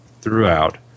throughout